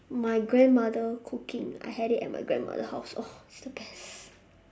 my grandmother cooking I had it at my grandmother house ugh it's the best